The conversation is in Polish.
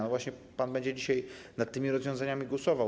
No właśnie pan będzie dzisiaj nad tymi rozwiązaniami głosował.